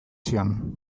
zion